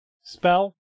spell